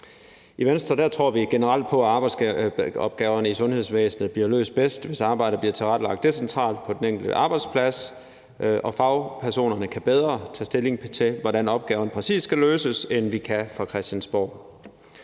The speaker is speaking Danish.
I Venstre tror vi generelt på, at arbejdsopgaverne i sundhedsvæsenet bliver løst bedst, hvis arbejdet bliver tilrettelagt decentralt på den enkelte arbejdsplads, og at fagpersonerne bedre kan tage stilling til, hvordan opgaverne præcis skal løses, end vi kan fra Christiansborg.